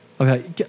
Okay